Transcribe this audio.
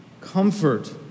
Comfort